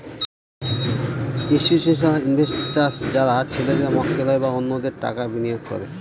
institutional investors যারা ছেলেদের মক্কেল হয় বা অন্যদের টাকা বিনিয়োগ করে